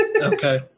okay